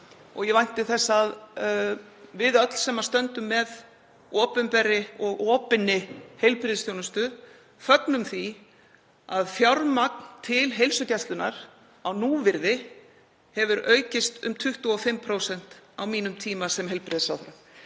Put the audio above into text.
og vænti þess að við öll sem stöndum með opinberri og opinni heilbrigðisþjónustu fögnum því að fjármagn til heilsugæslunnar á núvirði hefur aukist um 25% á mínum tíma sem heilbrigðisráðherra.